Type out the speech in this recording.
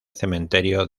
cementerio